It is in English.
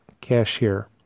cashier